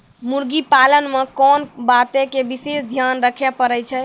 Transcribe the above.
मुर्गी पालन मे कोंन बातो के विशेष ध्यान रखे पड़ै छै?